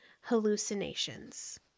hallucinations